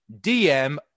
DM